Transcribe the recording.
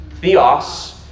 Theos